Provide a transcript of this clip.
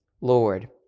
Lord